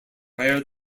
where